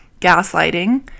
gaslighting